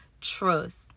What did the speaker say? trust